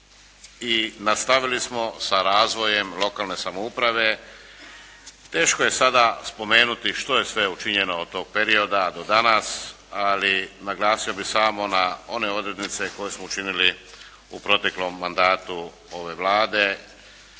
i nastavili smo sa razvojem lokalne samouprave. Teško je sada spomenuti što je sve učinjeno od tog perioda do danas, ali naglasio bih samo na one odrednice koje smo učinili u proteklom mandatu ove Vlade